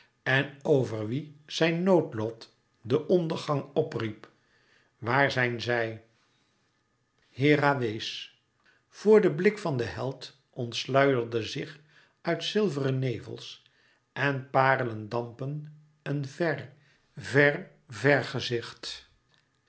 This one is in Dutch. en over wie zijn noodlot den ondergang p riep waar zijn zij hera wees vor den blik van den held ontsluierde zich uit zilveren nevels en parelen dampen een ver ver vergezicht